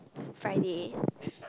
Friday